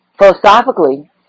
Philosophically